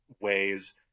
ways